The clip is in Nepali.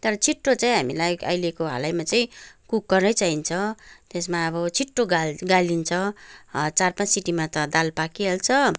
तर छिट्टो चाहिँ हामीलाई अहिलेको हालैमा चाहिँ कुकरै चाहिन्छ त्यसमा अब छिट्टो गाल गालिन्छ चार पाँच सिटीमा त दाल पाकिहाल्छ